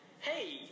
hey